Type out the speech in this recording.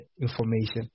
information